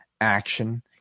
action